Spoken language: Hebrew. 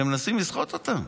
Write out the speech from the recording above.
שהם מנסים לסחוט אותם.